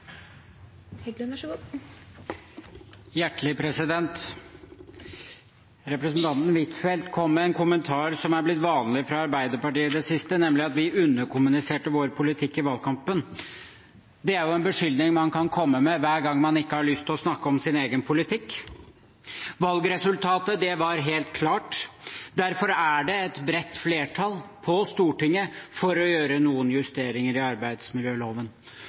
kom med en kommentar som er blitt vanlig fra Arbeiderpartiet i det siste, nemlig at vi underkommuniserte vår politikk i valgkampen. Det er en beskyldning man kan komme med hver gang man ikke har lyst til å snakke om sin egen politikk. Valgresultatet var helt klart, derfor er det et bredt flertall på Stortinget for å gjøre noen justeringer i